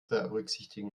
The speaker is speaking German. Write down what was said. berücksichtigen